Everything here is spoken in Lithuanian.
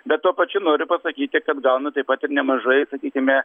bet tuo pačiu noriu pasakyti kad gaunu taip pat ir nemažai sakykime